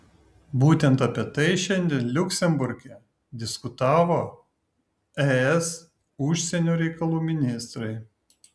būtent apie tai šiandien liuksemburge diskutavo es užsienio reikalų ministrai